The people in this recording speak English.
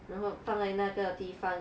然后放在那个地方